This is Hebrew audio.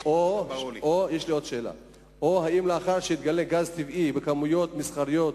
או האם לאחר שיתגלה גז טבעי בכמויות מסחריות,